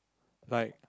like